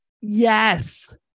Yes